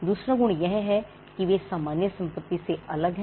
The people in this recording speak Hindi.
दूसरा गुण यह है कि वे सामान्य संपत्ति से अलग हैं